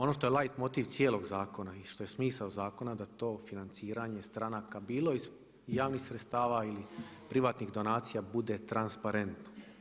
Ono što je light motiv cijelog zakona i što je smisao zakona da to financiranje stranaka bilo iz javnih sredstava ili privatnih donacija bude transparentno.